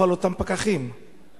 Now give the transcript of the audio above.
כי